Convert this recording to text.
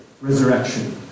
resurrection